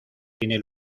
tienen